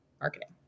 marketing